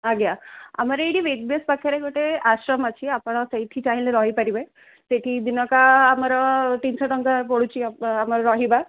ଆଜ୍ଞା ଆମର ଏଇଠି ବେଦବ୍ୟାସ ପାଖେରେ ଗୋଟେ ଆଶ୍ରମ ଅଛି ଆପଣ ସେଇଠି ଚାହିଁଲେ ରହିପାରିବେ ସେଠି ଦିନକା ଆମର ତିନିଶହ ଟଙ୍କା ପଡ଼ୁଛି ଆମର ରହିବା